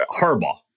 Harbaugh